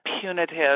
punitive